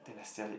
then I sell it